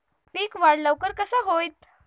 पीक वाढ लवकर कसा होईत?